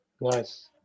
Nice